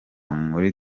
muri